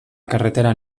carretera